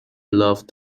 loved